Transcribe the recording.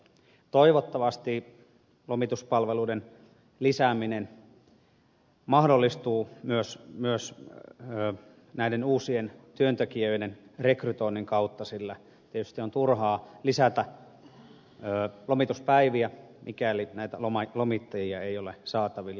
toivottavasti lomituspalveluiden lisääminen mahdollistuu myös näiden uusien työntekijöiden rekrytoinnin kautta sillä tietysti on turhaa lisätä lomituspäiviä mikäli näitä lomittajia ei ole saatavilla